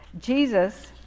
Jesus